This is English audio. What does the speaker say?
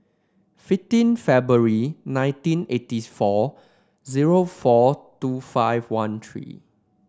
fifteen February nineteen eighty four zero four two five one three